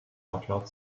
wortlaut